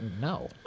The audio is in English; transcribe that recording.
no